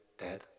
dead